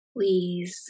Please